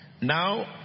Now